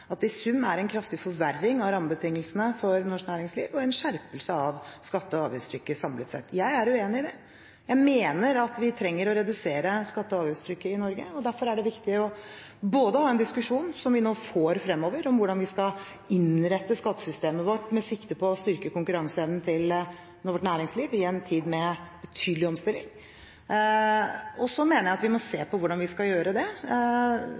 at det i sum er en kraftig forverring av rammebetingelsene for norsk næringsliv og en skjerpelse av skatte- og avgiftstrykket samlet sett. Jeg er uenig i det. Jeg mener at vi trenger å redusere skatte- og avgiftstrykket i Norge, og derfor er det viktig å ha en diskusjon, som vi nå får fremover, om hvordan vi skal innrette skattesystemet vårt med sikte på å styrke konkurranseevnen til vårt næringsliv i en tid med betydelig omstilling, og så mener jeg at vi må se på hvordan vi skal gjøre det,